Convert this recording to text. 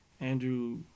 Andrew